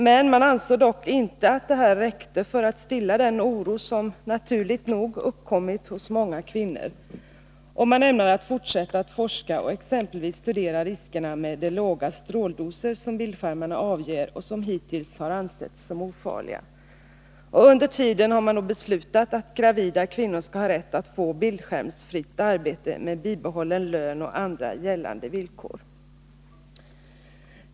Men man ansåg inte att det räckte för att stilla den oro som naturligt nog hade uppkommit hos många kvinnor. Man ämnar fortsätta forska och exempelvis studera riskerna med de låga stråldoser som bildskärmarna avger och som hittills har ansetts såsom ofarliga. Under tiden har man beslutat att gravida kvinnor skall ha rätt att få bildskärmsfritt arbete med bibehållen lön och andra gällande villkor.